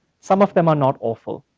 some of them are not awful,